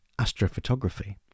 astrophotography